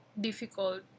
difficult